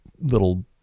little